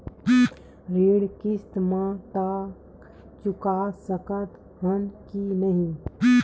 ऋण किस्त मा तक चुका सकत हन कि नहीं?